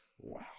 Wow